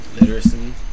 literacy